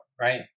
right